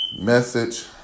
message